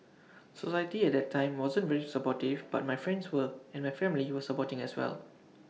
society at that time wasn't very supportive but my friends were and my family were supporting as well